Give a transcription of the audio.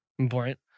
Important